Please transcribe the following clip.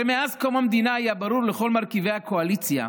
הרי מאז קום המדינה היה ברור לכל מרכיבי הקואליציה,